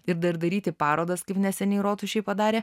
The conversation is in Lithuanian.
ir dar daryti parodas kaip neseniai rotušėj padarė